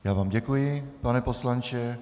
Já vám děkuji, pane poslanče.